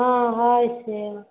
हाँ हय सेब